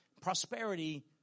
prosperity